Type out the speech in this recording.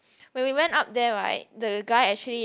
when we went up there right the guy actually